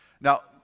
Now